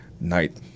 night